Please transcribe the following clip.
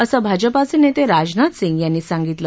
असं भाजपाचे नेते राजनाथ सिंग यांनी सांगितलं